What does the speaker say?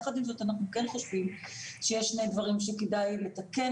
יחד עם זאת אנחנו כן חושבים שיש שני דברים שכדאי לתקן